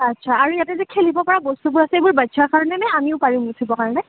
আচ্ছা আৰু ইয়াতে যে খেলিব পৰা বস্তুবোৰ আছে এইবোৰ বাচ্ছা কাৰণেনে আমিও পাৰিম উঠিব কাৰণে